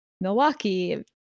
Milwaukee